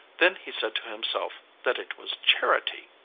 then he said to himself that it was charity.